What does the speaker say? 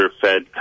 fed